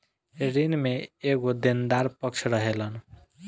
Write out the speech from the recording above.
ऋण में एगो देनदार पक्ष रहेलन